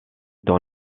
dans